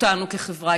אותנו כחברה,